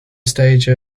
stage